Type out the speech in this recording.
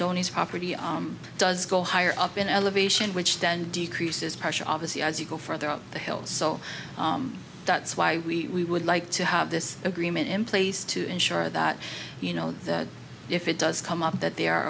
tony's property on it does go higher up in elevation which then decreases pressure obviously as you go further up the hill so that's why we would like to have this agreement in place to ensure that you know that if it does come up that they are